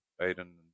Aiden